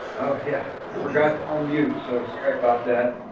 oh, yeah. forgot to unmute. so sorry about that.